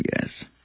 Yes